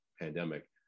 pandemic